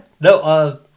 No